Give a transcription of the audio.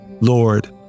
Lord